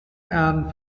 and